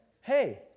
hey